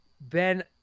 Ben